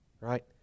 right